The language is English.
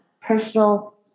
personal